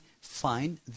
find